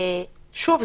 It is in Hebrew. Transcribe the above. שוב,